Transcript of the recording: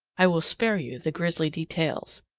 i will spare you the grisly details.